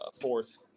Fourth